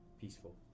peaceful